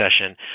session